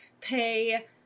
pay